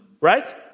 right